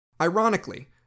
Ironically